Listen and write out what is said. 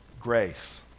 grace